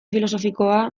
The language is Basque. filosofikoa